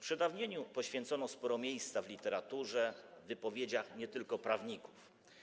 Przedawnieniu poświęcono sporo miejsca w literaturze, w wypowiedziach nie tylko prawników.